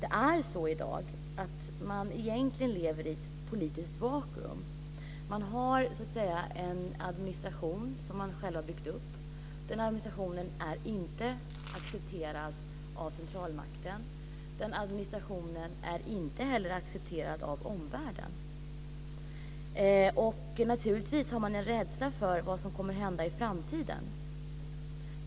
Man lever egentligen i ett politiskt vakuum. Man har så att säga en administration som man själv har byggt upp. Den administrationen är inte accepterad av centralmakten. Den administrationen är inte heller accepterad av omvärlden. Naturligtvis har man en rädsla för vad som kommer att hända i framtiden.